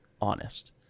honest